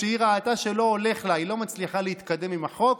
כשהיא ראתה שלא הולך לה ושהיא לא מצליחה להתקדם עם החוק,